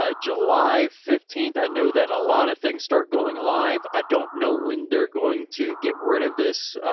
ah july fifteenth. i know that a lot of things start going alive. i don't know when they're going to get rid of this,